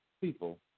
people